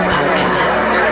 Podcast